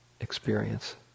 experience